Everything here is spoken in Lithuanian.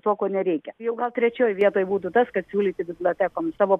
tuo ko nereikia jau gal trečioj vietoj būtų tas kad siūlyti bibliotekoms savo